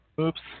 Oops